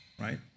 right